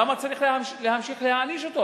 למה צריך להמשיך להעניש אותו,